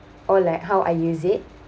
or like how I use it